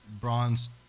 bronze